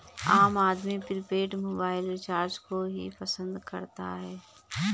आम आदमी prepaid mobile recharge को ही पसंद करता है